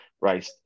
right